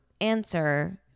answer